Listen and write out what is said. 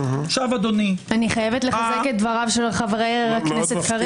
אני חייבת לחזק את דבריו של חבר הכנסת.